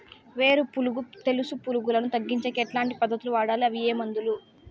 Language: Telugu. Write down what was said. వేరు పులుగు తెలుసు పులుగులను తగ్గించేకి ఎట్లాంటి పద్ధతులు వాడాలి? అవి ఏ మందులు?